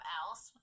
else